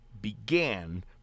began